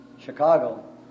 Chicago